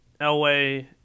Elway